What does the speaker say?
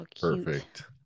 perfect